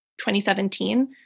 2017